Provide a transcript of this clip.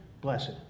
blessed